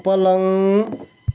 पलङ